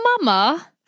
mama